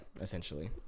essentially